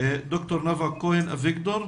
דוקטור נאוה כהן אביגדור,